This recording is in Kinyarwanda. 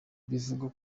bivugwa